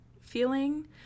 feeling